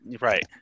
right